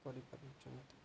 କରିପାରୁଛନ୍ତି